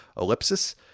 Ellipsis